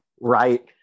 Right